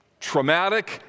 traumatic